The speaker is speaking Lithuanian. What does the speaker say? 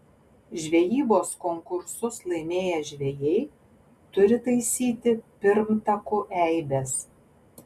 žvejybos konkursus laimėję žvejai turi taisyti pirmtakų eibes